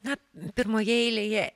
na pirmoje eilėje